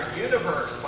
universe